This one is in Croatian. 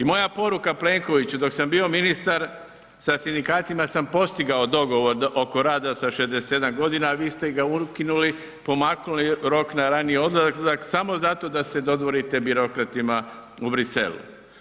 I moja poruka Plenkoviću, dok sam bio ministar, sa sindikatima sam postigao dogovor oko rada sa 67 godina, a vi ste ga ukinuli, pomaknuli rok na raniji odlazak samo zato da se dodvorite birokratima u Bruxellesu.